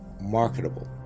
marketable